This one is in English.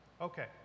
Okay